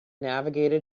navigated